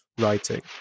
writing